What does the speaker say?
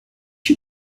you